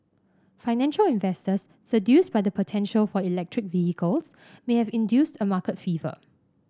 financial investors seduced by the potential for electric vehicles may have induced a market fever